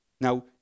Now